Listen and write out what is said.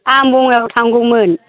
आं बङाइगाव थांगौमोन